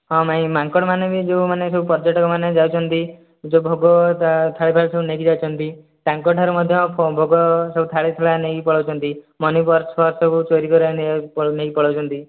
ହଁ ମାଇଁ ମାଙ୍କଡ଼ମାନେ ବି ଯେଉଁ ମାନେ ସବୁ ପର୍ଯ୍ୟଟକମାନେ ଯାଉଛନ୍ତି ଯେଉଁ ଭୋଗ ଥାଳି ଫାଳି ସବୁ ନେଇକି ଯାଉଛନ୍ତି ତାଙ୍କଠାରୁ ମଧ୍ୟ ଭୋଗ ସବୁ ଥାଳି ଥୁଳା ନେଇକି ପଳାଉଛନ୍ତି ମନି ପର୍ସ ଫର୍ସ ସବୁ ଚୋରି କରିକି ନେଇକି ପଳାଉଛନ୍ତି